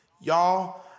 y'all